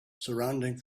surrounding